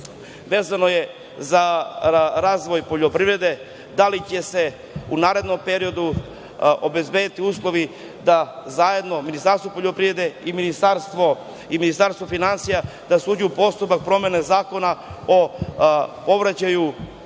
Vezano je za razvoj poljoprivrede. Da li će se u narednom periodu obezbediti uslovi da Ministarstvo poljoprivrede i Ministarstvo finansija uđu u postupak promene Zakona o povraćaju utrina